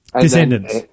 Descendants